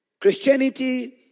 Christianity